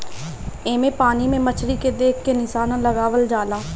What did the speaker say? एमे पानी में मछरी के देख के निशाना लगावल जाला